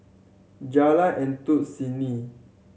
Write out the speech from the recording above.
Jalan Endut Senin